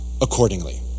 accordingly